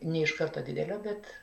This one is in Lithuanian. ne iš karto didelio bet